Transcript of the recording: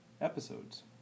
episodes